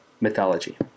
mythology